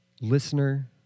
Listener